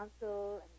Council